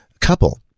couple